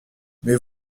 mais